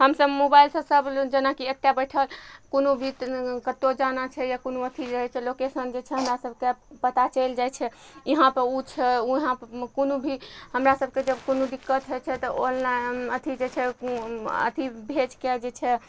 हमसब मोबाइलसँ सब जेनाकि एतय बैठल कोनो भी कतहु जाना छै या कोनो अथी रहय छै लोकेशन जे छै हमरा सबके पता चलि जाइ छै इहाँपर उ छै उहाँ कोनो भी हमरा सबके जब कोनो दिक्कत होइ छै तऽ ऑनलाइन अथी जे छै अथी भेजके जे छै